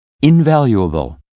invaluable